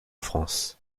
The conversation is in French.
france